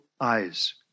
eyes